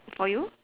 for you